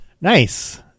Nice